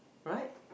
right